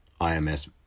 IMS